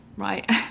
Right